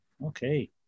Okay